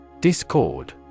Discord